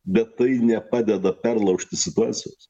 bet tai nepadeda perlaužti situacijos